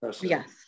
Yes